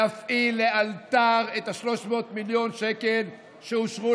להפעיל לאלתר את ה-300 מיליון שקל שאושרו